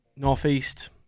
Northeast